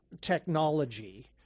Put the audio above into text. technology